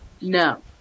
No